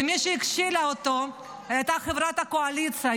ומי שהכשילה אותו הייתה חברת הקואליציה,